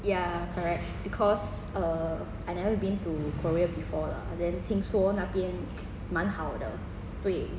ya correct because err I never been to korea before lah then 听说那边蛮好的对